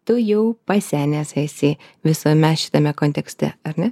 tu jau pasenęs esi visame šitame kontekste ar ne